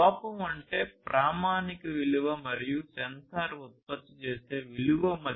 లోపం అంటే ప్రామాణిక విలువ మరియు సెన్సార్ ఉత్పత్తి చేసే విలువ మధ్య వ్యత్యాసం